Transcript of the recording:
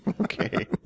Okay